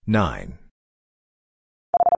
nine